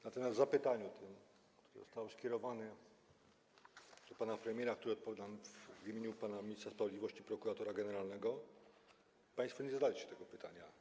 Natomiast w tym zapytaniu, które zostało skierowane do pana premiera, na które odpowiadam w imieniu ministra sprawiedliwości prokuratora generalnego, państwo nie zadaliście tego pytania.